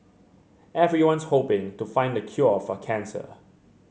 everyone's hoping to find the cure for cancer